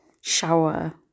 shower